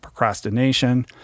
procrastination